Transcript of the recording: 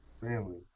family